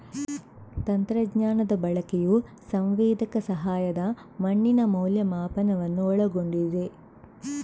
ತಂತ್ರಜ್ಞಾನದ ಬಳಕೆಯು ಸಂವೇದಕ ಸಹಾಯದ ಮಣ್ಣಿನ ಮೌಲ್ಯಮಾಪನವನ್ನು ಒಳಗೊಂಡಿದೆ